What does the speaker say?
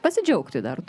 pasidžiaugti dar